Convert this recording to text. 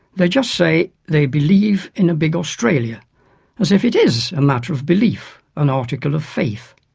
they just say they believe in a big australia as if it is a matter of belief an article of faith.